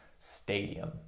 Stadium